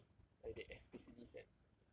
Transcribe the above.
really like they explicitly said